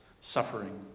suffering